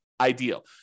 ideal